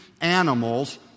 animals